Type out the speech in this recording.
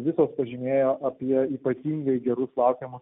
visos pažymėjo apie ypatingai gerus laukiamus